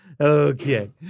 Okay